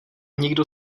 nikdo